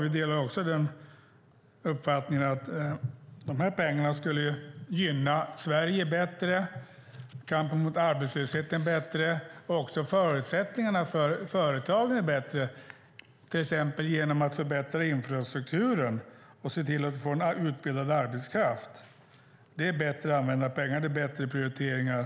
Vi delar också uppfattningen att dessa pengar skulle kunna gynna Sverige, kampen mot arbetslösheten och också förutsättningarna för företagen bättre. Det kan till exempel ske genom att man förbättrar infrastrukturen och ser till att vi får en utbildad arbetskraft. Det är bättre använda pengar och bättre prioriteringar.